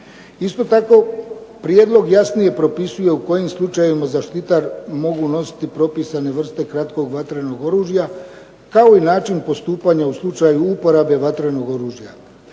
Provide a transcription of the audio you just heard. Isto tako, prijedlog jasnije propisuje u kojim slučajevima zaštitari mogu nositi propisane vrste kratkog vatrenog oružja, kao i način postupanja u slučaju uporabe vatrenog oružja.